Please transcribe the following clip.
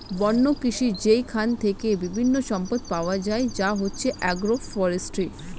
বন্য কৃষি যেইখান থেকে বিভিন্ন সম্পদ পাওয়া যায় যা হচ্ছে এগ্রো ফরেষ্ট্রী